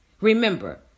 Remember